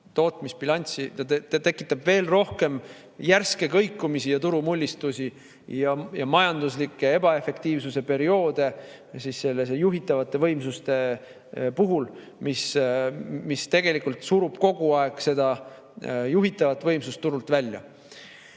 tootmisbilansi. Ta tekitab veel rohkem järske kõikumisi ja turumullistusi ja majandusliku ebaefektiivsuse perioode juhitavate võimsuste puhul, mis tegelikult surub kogu aeg seda juhitavat võimsust turult välja. Nüüd,